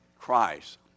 Christ